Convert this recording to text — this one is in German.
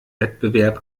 wettbewerb